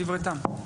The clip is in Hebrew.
דברי טעם.